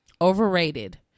Overrated